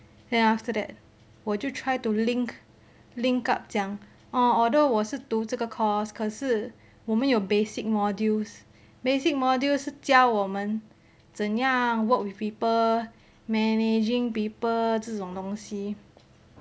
then after that 我就 try to link link up 讲哦 although 我是读这个 course 可是我们有 basic modules basic modules 是教我们怎样 work with people managing people 这种东西